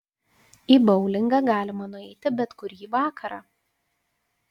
į boulingą galima nueiti bet kurį vakarą